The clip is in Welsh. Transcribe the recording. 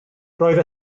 roedd